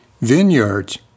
vineyards